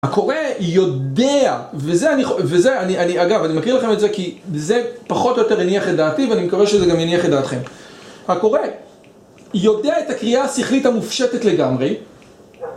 הקורא יודע, וזה אני, אגב אני מקריא לכם את זה כי זה פחות או יותר יניח את דעתי ואני מקווה שזה יניח את דעתכם, הקורא יודע את הקריאה השכלית המופשטת לגמרי